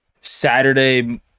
saturday